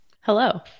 hello